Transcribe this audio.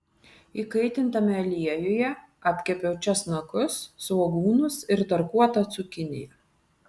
įkaitintame aliejuje apkepiau česnakus svogūnus ir tarkuotą cukiniją